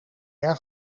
erg